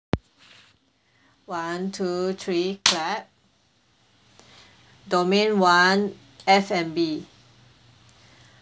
one two three clap domain one F&B